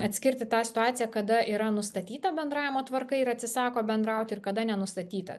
atskirti tą situaciją kada yra nustatyta bendravimo tvarka ir atsisako bendrauti ir kada nenustatyta